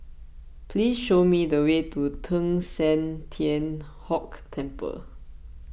please show me the way to Teng San Tian Hock Temple